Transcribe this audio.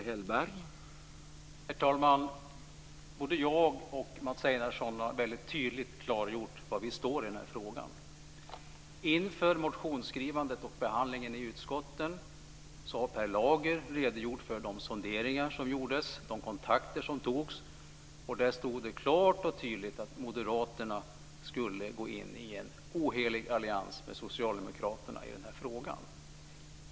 Herr talman! Både jag och Mats Einarsson har väldigt tydligt klargjort var vi står i den här frågan. Inför motionsskrivandet och behandlingen i utskotten har Per Lager redogjort för de sonderingar som gjordes och de kontakter som togs. Det framgick då klart och tydligt att moderaterna skulle gå in i en ohelig allians med socialdemokraterna i den här frågan.